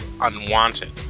Unwanted